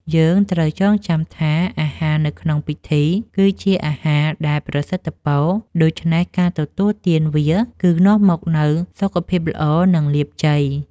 យើងត្រូវចងចាំថាអាហារនៅក្នុងពិធី គឺជាអាហារដែលប្រសិទ្ធពរ ដូច្នេះការទទួលទានវាគឺនាំមកនូវសុខភាពល្អ និងលាភជ័យ។